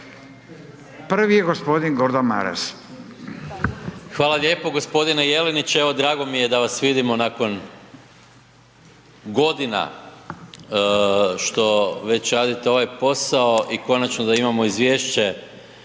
Maras. **Maras, Gordan (SDP)** Hvala lijepo. Gospodine Jelinić evo drago mi je da vas vidimo nakon godina što već radite ovaj posao i konačno da imamo izvješće